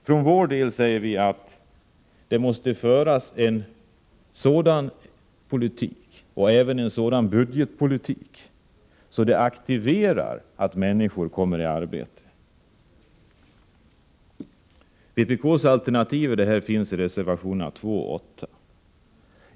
För vår del säger vi att det måste föras en sådan arbetsmarknadspolitik, och även en sådan budgetpolitik, att man aktiverar att människor kommer i arbete. Vpk:s alternativ i detta hänseende finns i reservationerna 2 och 8.